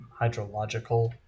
hydrological